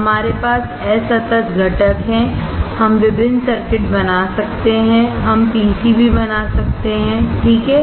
हमारे पास असतत घटक हैं हम विभिन्न सर्किट बना सकते हैं हम पीसीबी बना सकते हैं ठीक है